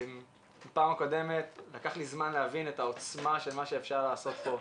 בפעם הקודמת לקח לי זמן להבין את העוצמה של מה שאפשר לעשות פה.